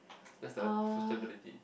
that's the special ability